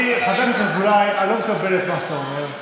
חבר הכנסת אזולאי, אני לא מקבל את מה שאתה אומר.